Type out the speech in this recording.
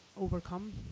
overcome